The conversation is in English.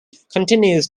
continues